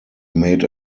made